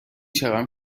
شوم